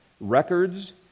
records